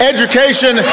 Education